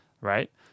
right